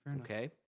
Okay